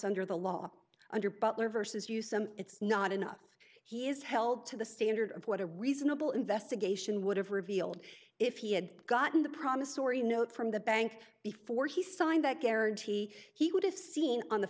under the law under butler versus you some it's not enough he is held to the standard of what a reasonable investigation would have revealed if he had gotten the promissory note from the bank before he signed that guarantee he would have seen on the